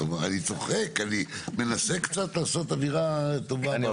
אני צוחק, אני קצת מנסה לעשות אווירה טובה פה,